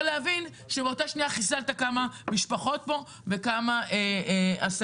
להבין שבאותה שנייה חיסלת פה כמה משפחות וכמה עסקים.